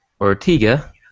Ortega